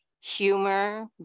humor